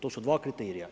To su dva kriterija.